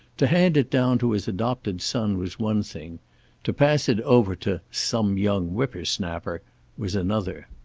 to hand it down to his adopted son was one thing to pass it over to some young whipper-snapper was another.